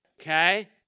okay